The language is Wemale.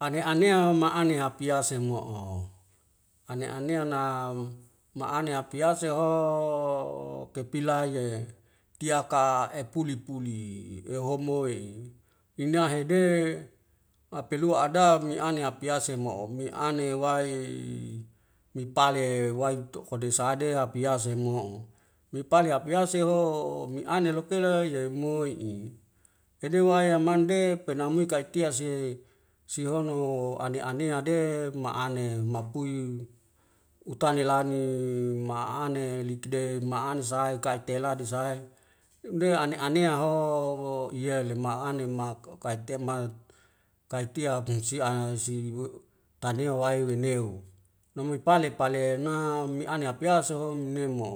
Ane anea ma'ane hapiase mo'o ane anea na ma'ane apiase hooo kepilaye tiak ka epuli puli ehomoe inahe de apelua ada mi ane apiase mo'o me ane wae mi pale wae tokh kode sahade hapiase mo'o mepale hapiase ho miane loka le yemoi'i edewaya mande pena mui kaitiak si sihono ho ane anea de ma'ane mapui utane lane ma'ane likde ma'ane sahai kai'tela disahae de ane anea ho yele ma'ane mahak kai temak kai tiak si siu we' tane wae weneu namui pale pale na me'ane apiaso ho nemo